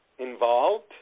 involved